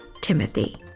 Timothy